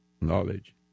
knowledge